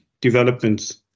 developments